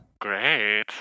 great